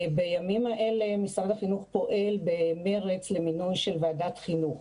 בימים האלה משרד החינוך פועל במרץ למינוי של ועדת חינוך.